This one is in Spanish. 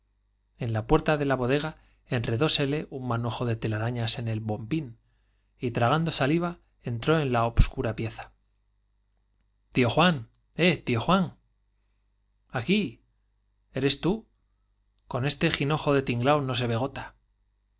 en la puerta de la enredósele de bodega un manojo telarañas en el bombín y tragando saliva entró en la obscura pieza j tío juan eh tío juan j aquí eres tú con este jinojo de tinglaq n o se ve gota